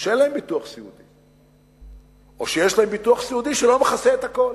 שאין להם ביטוח סיעודי או שיש להם ביטוח סיעודי שלא מכסה את הכול.